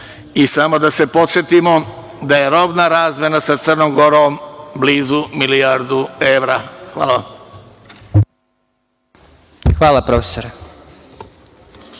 i samo da se podsetimo da je robna razmena sa Crnom Gorom blizu milijardu evra. Hvala. **Vladimir